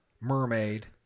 mermaid